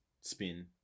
spin